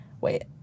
Wait